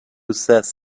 says